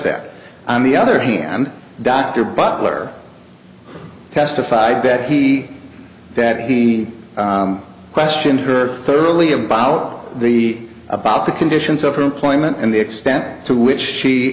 that on the other hand dr butler testified that he that he questioned her thoroughly a buyout the about the conditions of her employment and the extent to which she